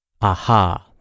Aha